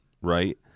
right